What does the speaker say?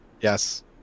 yes